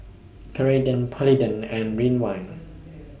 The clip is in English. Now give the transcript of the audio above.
Ceradan Polident and Ridwind